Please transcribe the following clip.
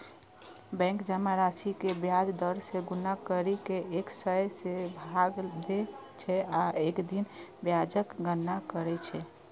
bank जमा राशि कें ब्याज दर सं गुना करि कें एक सय सं भाग दै छै आ एक दिन ब्याजक गणना करै छै